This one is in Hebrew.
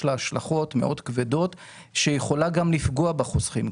לה השלכות מאוד כבדות שיכולה גם לפגוע בחוסכים.